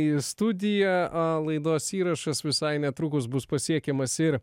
į studiją a laidos įrašas visai netrukus bus pasiekiamas ir